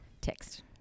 text